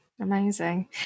Amazing